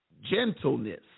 Gentleness